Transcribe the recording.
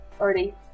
already